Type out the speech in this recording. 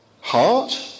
heart